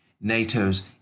NATO's